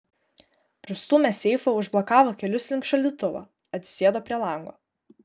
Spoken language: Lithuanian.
pristūmęs seifą užblokavo kelius link šaldytuvo atsisėdo prie lango